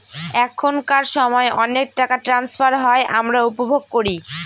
এখনকার সময় অনেক টাকা ট্রান্সফার হয় আমরা উপভোগ করি